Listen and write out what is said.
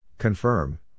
Confirm